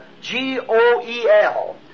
G-O-E-L